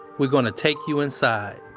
we're gonna take you inside.